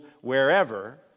wherever